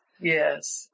Yes